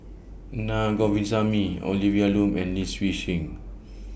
Na Govindasamy Olivia Lum and Lee Seng